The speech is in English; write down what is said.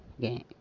game